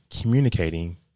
communicating